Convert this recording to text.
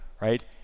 right